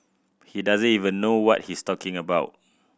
he doesn't even know what he's talking about